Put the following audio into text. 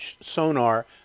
sonar